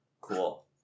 Cool